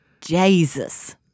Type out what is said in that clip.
Jesus